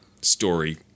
story